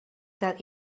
that